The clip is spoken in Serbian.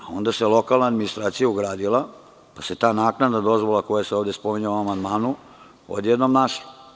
Onda se lokalna administracija ugradila, pa se ta naknadna dozvola koja se ovde spominje u ovom amandmanu odjednom našla.